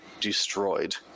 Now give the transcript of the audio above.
destroyed